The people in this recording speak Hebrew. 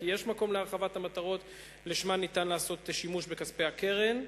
כי יש מקום להרחבת המטרות שלשמן ניתן לעשות שימוש בכספי הקרן.